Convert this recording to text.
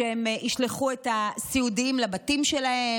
שהם ישלחו את הסיעודיים לבתים שלהם?